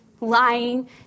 Lying